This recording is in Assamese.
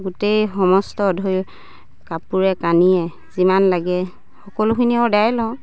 গোটেই সমস্ত ধৰি কাপোৰে কানিয়ে যিমান লাগে সকলোখিনি অৰ্ডাৰে লওঁ